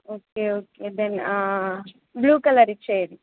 okay okay then blue colour ఇచ్చేయండి